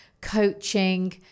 coaching